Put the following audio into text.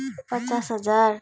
पचास हजार